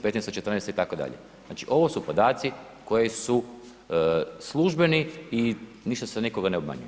2015., 2014. itd., znači, ovo su podaci koji su službeni i ništa se nikoga ne obmanjuju.